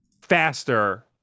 faster